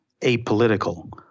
apolitical